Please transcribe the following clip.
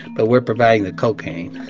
but we're providing the cocaine